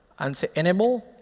and say, enable,